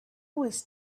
was